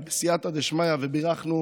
דשמיא, ובירכנו